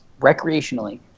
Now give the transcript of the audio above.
recreationally